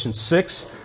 six